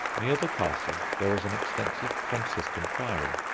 near the castle there was an extensive franciscan friary.